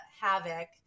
havoc